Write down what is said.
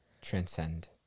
transcend